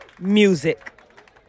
Music